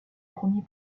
premier